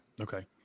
Okay